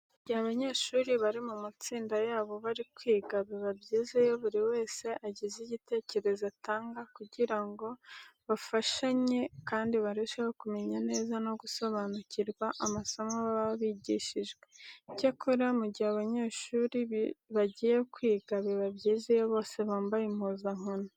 Mu gihe abanyeshuri bari mu matsinda yabo bari kwiga biba byiza iyo buri wese agize igitekerezo atanga kugira ngo bafashanye kandi barusheho kumenya neza no gusobanukirwa amasomo baba bigishijwe. Icyakora mu gihe abanyeshuri bagiye kwiga biba byiza iyo bose bambaye impuzankano.